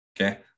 Okay